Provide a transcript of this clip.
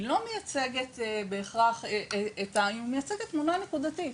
היא מייצגת תמונה נקודתית.